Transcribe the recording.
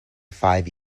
five